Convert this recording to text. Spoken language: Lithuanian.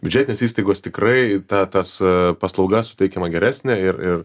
biudžetinės įstaigos tikrai ta tas paslauga suteikiama geresnė ir ir